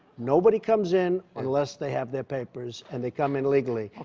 nobody comes in unless they have their papers, and they come in legally.